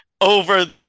over